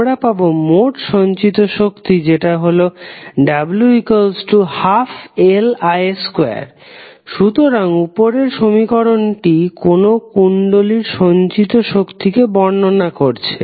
আমরা পাবো মোট সঞ্চিত শক্তি যেটা হলো w12Li2 সুতরাং উপরের সমীকরণটি কোন কুণ্ডলীর সঞ্চিত শক্তিকে বর্ণনা করছে